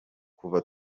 kuva